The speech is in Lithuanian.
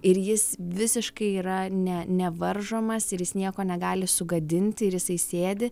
ir jis visiškai yra ne nevaržomas ir jis nieko negali sugadinti ir jisai sėdi